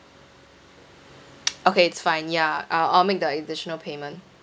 okay it's fine ya uh I will make the additional payment